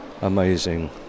amazing